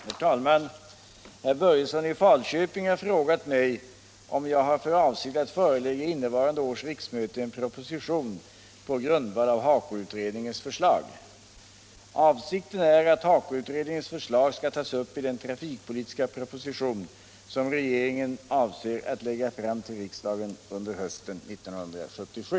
214, och anförde: Herr talman! Herr Börjesson i Falköping har frågat mig om jag har för avsikt att förelägga innevarande års riksmöte en proposition på grundval av HAKO-utredningens förslag. Avsikten är att HAKO-utredningen skall tas upp i den trafikpolitiska proposition som regeringen avser att lägga fram till riksdagen under hösten 1977.